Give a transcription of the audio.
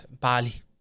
Bali